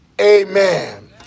amen